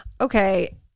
okay